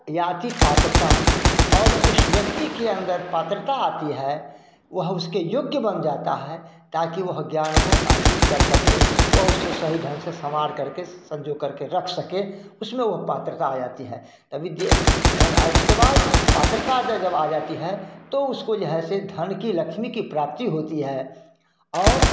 याति पात्रता और उस व्यक्ति के अंदर पात्रता आती है वह उसके योग्य बन जाता है ताकि वह ज्ञान को अर्जित कर सके वह उसको सही ढंग से सँवार करके सँजो करके रख सके उसमें वह पात्रता आ जाती है तभी ज्ञ ढंग और उसके बाद पात्रता बे जब आ जाती है तो उसको जो है से धन की लक्ष्मी की प्राप्ति होती है और